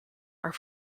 are